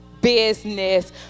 business